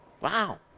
Wow